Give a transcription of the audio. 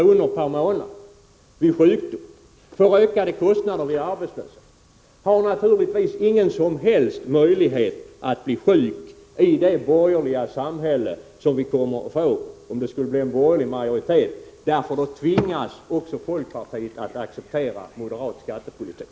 extra per månad vid sjukdom och som får ökade kostnader vid arbetslöshet, har naturligtvis ingen som helst möjlighet att vid sjukdom klara sig ekonomiskt i det samhälle som vi kommer att få om vi skulle få en borgerlig majoritet, för då tvingas också folkpartiet att acceptera moderat skattepolitik.